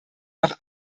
noch